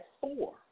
four